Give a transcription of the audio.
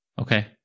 Okay